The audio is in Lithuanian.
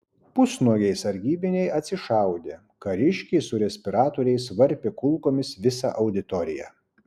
pusnuogiai sargybiniai atsišaudė kariškiai su respiratoriais varpė kulkomis visą auditoriją